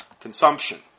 consumption